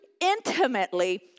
intimately